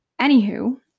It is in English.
Anywho